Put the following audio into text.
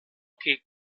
che